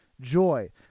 joy